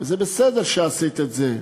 זה בסדר שעשית את זה,